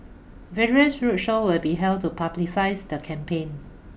various roadshows will be held to publicise the campaign